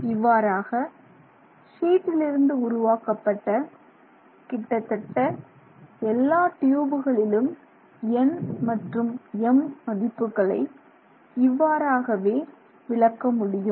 இவ்வாறாக ஷீட்டிலிருந்து உருவாக்கப்பட்ட கிட்டத்தட்ட எல்லா ட்யூபுகளிலும் n மற்றும் m மதிப்புகளை இவ்வாறாகவே விளக்க முடியும்